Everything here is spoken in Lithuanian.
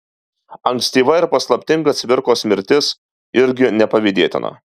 ankstyva ir paslaptinga cvirkos mirtis irgi nepavydėtina